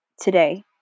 today